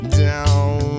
down